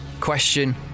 Question